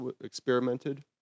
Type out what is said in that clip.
experimented